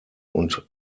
und